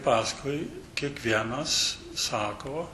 paskui kiekvienas sako